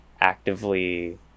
actively